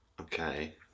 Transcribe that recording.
Okay